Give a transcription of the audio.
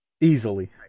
easily